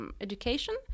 education